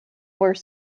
were